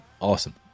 Awesome